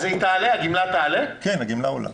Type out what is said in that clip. כן, הגמלה עולה.